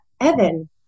evan